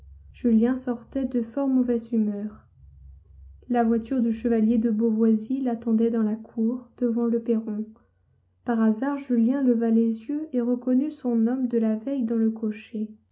julien sortait de fort mauvaise humeur la voiture du chevalier de beauvoisis l'attendait dans la cour devant le perron par hasard julien leva les yeux et reconnut son homme de la veille dans le cocher